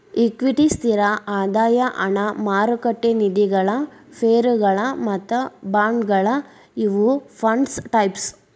equity ಸ್ಥಿರ ಆದಾಯ ಹಣ ಮಾರುಕಟ್ಟೆ ನಿಧಿಗಳ ಷೇರುಗಳ ಮತ್ತ ಬಾಂಡ್ಗಳ ಇವು ಫಂಡ್ಸ್ ಟೈಪ್ಸ್